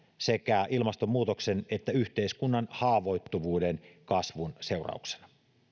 sekä ilmastonmuutoksen että yhteiskunnan haavoittuvuuden kasvun seurauksena